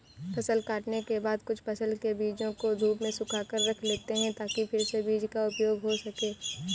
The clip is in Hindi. फसल काटने के बाद कुछ फसल के बीजों को धूप में सुखाकर रख लेते हैं ताकि फिर से बीज का उपयोग हो सकें